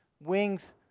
wings